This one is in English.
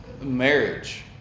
marriage